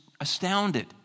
astounded